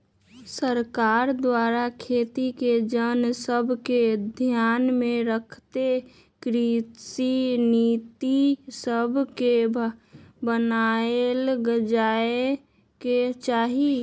सरकार द्वारा खेती के जन सभके ध्यान में रखइते कृषि नीति सभके बनाएल जाय के चाही